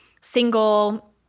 single